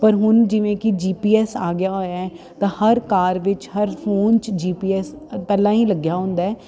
ਪਰ ਹੁਣ ਜਿਵੇਂ ਕਿ ਜੀਪੀਐਸ ਆ ਗਿਆ ਹੋਇਆ ਤਾਂ ਹਰ ਕਾਰ ਵਿੱਚ ਹਰ ਫੋਨ 'ਚ ਜੀਪੀਐਸ ਪਹਿਲਾਂ ਹੀ ਲੱਗਿਆ ਹੁੰਦਾ